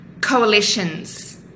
coalitions